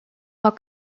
are